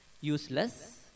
useless